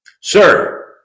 Sir